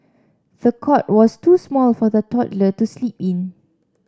the cot was too small for the toddler to sleep in